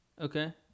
Okay